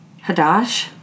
Hadash